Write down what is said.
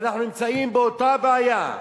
ואנחנו נמצאים באותה בעיה.